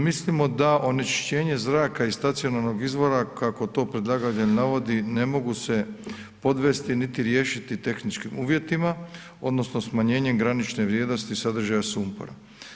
Mislimo da onečišćenje zraka iz stacionalnog izvora kako to predlagatelj navodi, ne mogu se podvesti niti riješiti tehničkim uvjetima odnosno smanjenjem granične vrijednosti sadržaja sumpora.